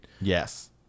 Yes